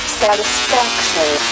satisfaction